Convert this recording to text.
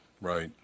Right